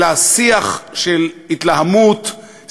אלא שיח של התלהמות,